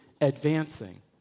advancing